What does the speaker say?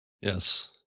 Yes